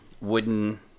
Wooden